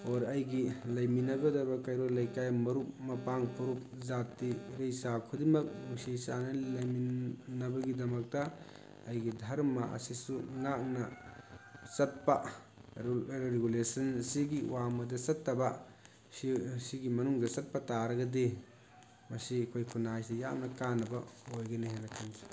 or ꯑꯩꯒꯤ ꯂꯩꯃꯤꯟꯅꯗꯧꯔꯤꯕ ꯀꯩꯔꯣꯜ ꯂꯩꯀꯥꯏ ꯃꯔꯨꯞ ꯃꯄꯥꯡ ꯐꯨꯔꯨꯞ ꯖꯥꯇꯤ ꯏꯔꯩꯆꯥ ꯈꯨꯗꯤꯡꯃꯛ ꯅꯨꯡꯁꯤ ꯆꯥꯟꯅꯅ ꯂꯩꯃꯤꯟꯅꯅꯕꯒꯤꯗꯃꯛꯇ ꯑꯩꯒꯤ ꯙꯔꯃ ꯑꯁꯤꯁꯨ ꯉꯥꯛꯅ ꯆꯠꯄ ꯔꯨꯜ ꯑꯦꯟ ꯔꯤꯒꯨꯂꯦꯁꯟꯁꯤꯒꯤ ꯋꯥꯡꯃꯗ ꯆꯠꯇꯕ ꯁꯤ ꯁꯤꯒꯤ ꯃꯅꯨꯡꯗ ꯆꯠꯄ ꯇꯥꯔꯒꯗꯤ ꯉꯁꯤ ꯑꯩꯈꯣꯏ ꯈꯨꯟꯅꯥꯏꯁꯤꯗ ꯌꯥꯝꯅ ꯀꯥꯅꯕ ꯑꯣꯏꯒꯅꯤ ꯍꯥꯏꯅ ꯈꯜꯖꯩ